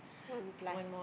one plus